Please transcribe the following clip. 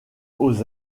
aux